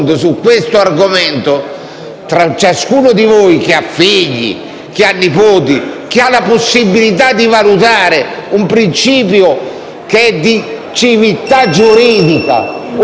e nipoti, avendo la possibilità di valutare un principio che è di civiltà giuridica oltre che di civiltà sociale, non può lavarsene le mani